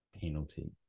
penalty